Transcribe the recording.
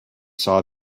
saw